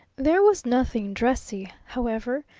there was nothing dressy, however,